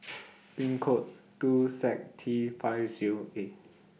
Pin code two Z T five Zero A